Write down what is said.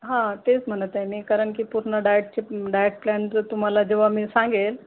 हा तेच म्हणत आहे मी कारण की पूर्ण डायटचे डायट प्लॅन जर तुम्हाला जेव्हा मी सांगेल